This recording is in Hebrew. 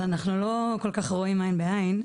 אז אנחנו לא כל כך רואים עין בעין,